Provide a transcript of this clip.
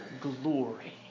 glory